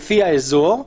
לפי האזור,